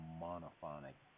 monophonic